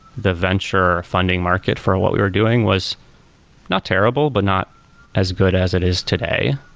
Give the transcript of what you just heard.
the venture funding market for what we were doing was not terrible, but not as good as it is today.